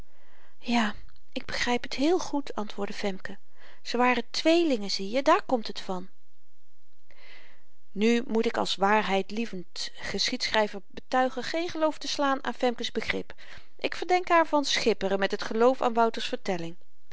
ja ik begryp het heel goed antwoordde femke ze waren tweelingen zieje daar komt het van nu moet ik als waarheidlievend geschiedschryver betuigen geen geloof te slaan aan femke's begrip ik verdenk haar van schipperen met het geloof aan wouter's vertelling